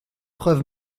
preuve